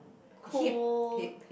cool